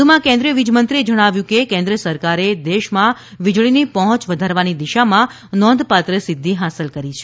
વધુમાં કેન્દ્રિય વીજમંત્રીએ જણાવ્યું કે કેન્ર્ સરકારે દેશમાં વીજળીની પહોંચ વધારવાની દિશામાં નોંધપાત્ર સિદ્ધિ હાંસલ કરી છે